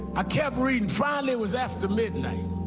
i kept reading. finally it was after midnight